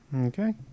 Okay